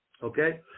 Okay